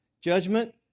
Judgment